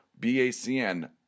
BACN